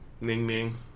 Ning-ning